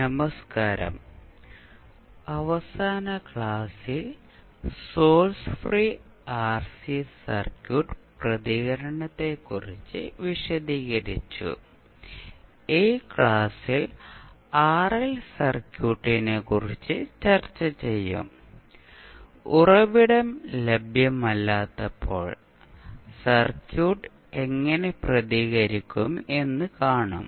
നമസ്കാരം അവസാന ക്ലാസിൽ സോഴ്സ് ഫ്രീ ആർസി സർക്യൂട്ട് പ്രതികരണത്തെക്കുറിച്ച് വിശദീകരിച്ചു ഈ ക്ലാസ്സിൽ ആർഎൽ സർക്യൂട്ടിനെക്കുറിച്ച് ചർച്ച ചെയ്യും ഉറവിടം ലഭ്യമല്ലാത്തപ്പോൾ സർക്യൂട്ട് എങ്ങനെ പ്രതികരിക്കും എന്ന് കാണും